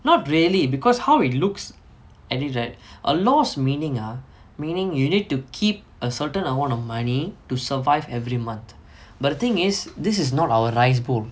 not really because how it looks at it right a loss meaning ah meaning you need to keep a certain amount of money to survive every month but the thing is this is not our rice bowl